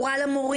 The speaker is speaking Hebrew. הוא רע למורים,